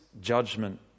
judgment